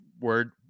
word